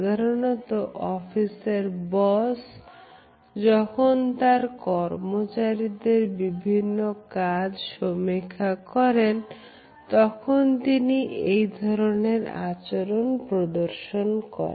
সাধারণত অফিসের বস যখন তার কর্মচারী দের বিভিন্ন কাজ সমীক্ষা করেন তখন তিনি এই ধরনের আচরণ প্রদর্শন করে